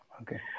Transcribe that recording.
Okay